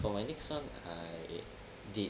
for my next [one] I did